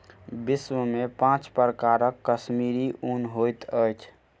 विश्व में पांच प्रकारक कश्मीरी ऊन होइत अछि